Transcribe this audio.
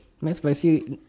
Mcspicy